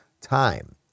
time